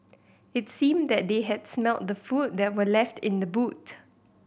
it seemed that they had smelt the food that were left in the boot